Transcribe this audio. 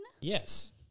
Yes